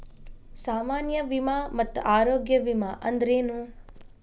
ಸಾಮಾನ್ಯ ವಿಮಾ ಮತ್ತ ಆರೋಗ್ಯ ವಿಮಾ ಅಂದ್ರೇನು?